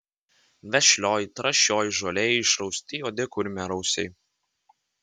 vešlioj trąšioj žolėj išrausti juodi kurmiarausiai